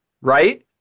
right